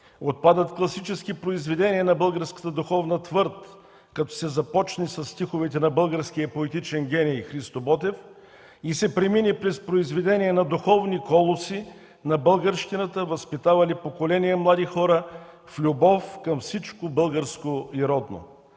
отпадат класически произведения на българската духовна твърд, като се започне със стиховете на българския поетичен гений Христо Ботев и се премине през произведения на духовни колоси на българщината, възпитавали поколения млади хора в любов към всичко българско и родно.